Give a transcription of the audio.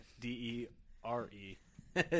D-E-R-E